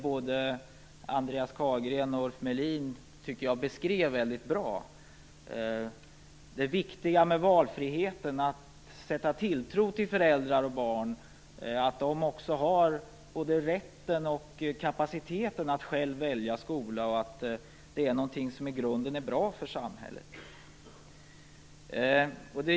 Både Andreas Carlgren och Ulf Melin beskrev detta väldigt bra. Det viktiga med denna valfrihet är att sätta tilltro till föräldrar och barn, till att de har både rätten och kapaciteten att själva välja skola och till att det i grunden är bra för samhället.